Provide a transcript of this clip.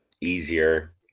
easier